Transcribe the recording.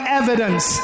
evidence